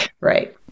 right